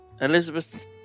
Elizabeth